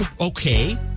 Okay